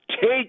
take